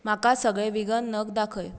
म्हाका सगळे व्हीगन नग दाखय